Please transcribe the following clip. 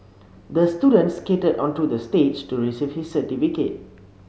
the student skated onto the stage to receive his certificate